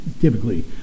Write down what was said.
Typically